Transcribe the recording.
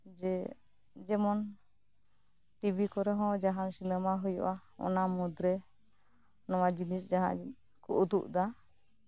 ᱡᱮ ᱡᱮᱢᱚᱱ ᱴᱤᱵᱷᱤ ᱠᱚᱨᱮ ᱦᱚᱸ ᱡᱟᱸᱦᱟ ᱥᱤᱱᱮᱢᱟ ᱦᱩᱭᱩᱜᱼᱟ ᱚᱱᱟ ᱢᱩᱫᱨᱮ ᱱᱚᱣᱟ ᱡᱤᱱᱤᱥ ᱡᱟᱸᱦᱟᱧ ᱩᱫᱩᱜ ᱫᱟ